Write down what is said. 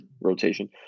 rotation